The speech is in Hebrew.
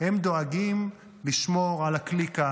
הם דואגים לשמור על הקליקה,